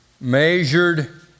Measured